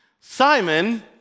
Simon